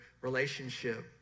relationship